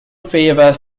fever